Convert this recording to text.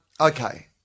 Okay